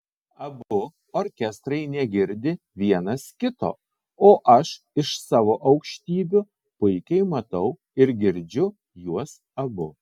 abu orkestrai negirdi vienas kito o aš iš savo aukštybių puikiai matau ir girdžiu juos abu